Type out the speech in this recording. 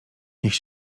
niech